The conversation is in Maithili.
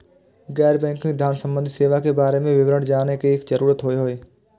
गैर बैंकिंग धान सम्बन्धी सेवा के बारे में विवरण जानय के जरुरत होय हय?